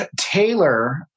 Taylor